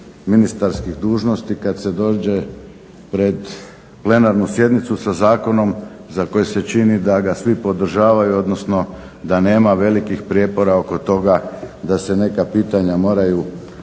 ministarskih dužnosti kad se dođe pred plenarnu sjednicu sa zakonom za koji se čini da ga svi podržavaju, odnosno da nema velikih prijepora oko toga da se neka pitanja moraju